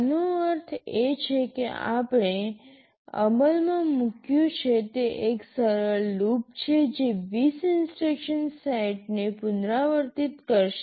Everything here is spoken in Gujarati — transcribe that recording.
આનો અર્થ એ છે કે આપણે અમલમાં મૂક્યું છે તે એક સરળ લૂપ છે જે ૨૦ ઇન્સટ્રક્શનસ સેટને પુનરાવર્તિત કરશે